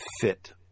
fit